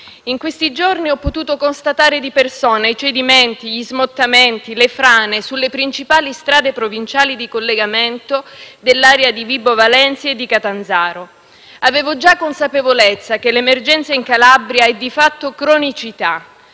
In questi giorni ho potuto constatare di persona i cedimenti, gli smottamenti e le frane sulle principali strade provinciali di collegamento dell'area di Vibo Valentia e di Catanzaro. Avevo già consapevolezza che l'emergenza in Calabria è di fatto cronicità